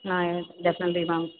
ah definitely ma'am